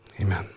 Amen